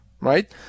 right